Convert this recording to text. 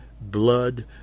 blood